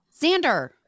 Xander